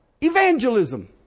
evangelism